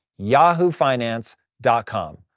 yahoofinance.com